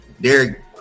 Derek